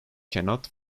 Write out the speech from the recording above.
cannot